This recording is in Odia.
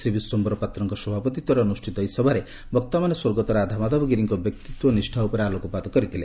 ଶ୍ରୀ ବିଶ୍ୱମ୍ୟର ପାତ୍ରଙ୍କ ସଭାପତିରେ ଅନୁଷ୍ଠିତ ଏହି ସଭାରେ ବକ୍ତାମାନେ ସ୍ୱର୍ଗତ ରାଧାମାଧବ ଗିରିଙ୍କ ବ୍ୟକ୍ତିତ୍ୱ ଓ ନିଷା ଉପରେ ଆଲୋକପାତ କରିଥିଲେ